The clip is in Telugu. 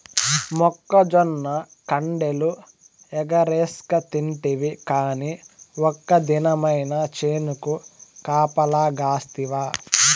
మొక్కజొన్న కండెలు ఎగరేస్కతింటివి కానీ ఒక్క దినమైన చేనుకు కాపలగాస్తివా